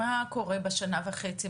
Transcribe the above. מה קורה בשנה וחצי?